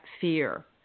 fear